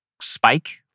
spike